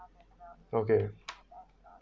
okay